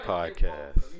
Podcast